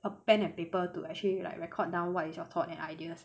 a pen and paper to actually like record down what is your thoughts and ideas